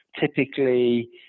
Typically